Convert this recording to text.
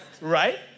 Right